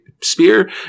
spear